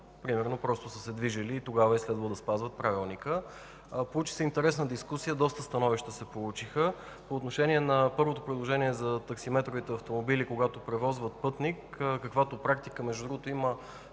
примерно просто са се движили, и тогава е следвало да спазват Правилника. Получи се интересна дискусия. Доста становища се получиха. По отношение на предложението за таксиметровите автомобили, когато превозват пътник, каквато практика между другото има